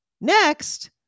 next